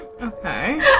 Okay